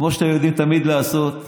כמו שאתם תמיד יודעים לעשות.